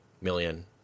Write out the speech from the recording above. million